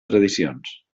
tradicions